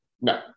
No